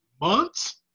months